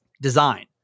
design